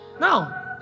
No